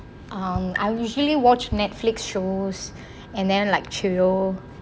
um I usually watch netflix shows and then like chill